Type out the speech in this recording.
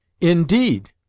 Indeed